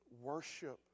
Worship